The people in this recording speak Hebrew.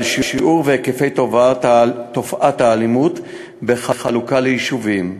שיעוריה והיקפיה של תופעת האלימות בחלוקה ליישובים.